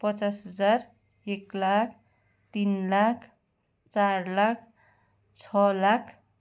पचास हजार एक लाख तिन लाख चार लाख छ लाख